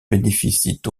bénéficient